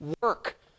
work